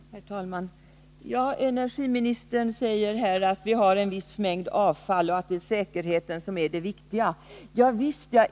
Herr talman! Energiministern säger att vi har en viss mängd avfall och att — ar för förvaring säkerheten är det viktigaste.